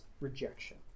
rejection